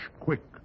quick